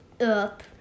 Up